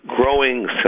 growing